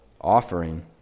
offering